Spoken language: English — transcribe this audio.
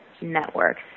networks